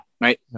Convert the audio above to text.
right